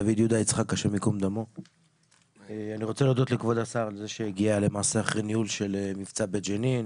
אני רוצה להודות לכבוד השר על זה שהגיע אחרי ניהול של מבצע בג'נין,